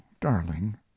darling